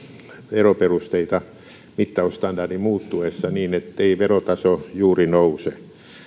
veroperusteita mittausstandardin muuttuessa niin ettei verotaso juuri nouse